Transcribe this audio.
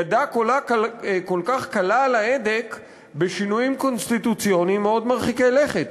ידה כל כך קלה על ההדק בשינויים קונסטיטוציוניים מאוד מרחיקי לכת.